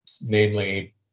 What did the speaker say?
Namely